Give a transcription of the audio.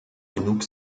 genug